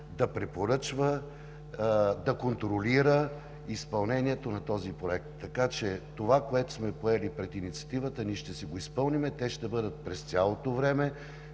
да препоръчва, да контролира изпълнението на този проект, така че това, което сме поели преди Инициативата, ние ще си го изпълним. Те ще бъдат през цялото време